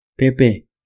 Pepe